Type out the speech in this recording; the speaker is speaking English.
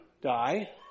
die